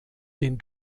den